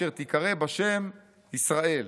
אשר תיקרא בשם ישראל.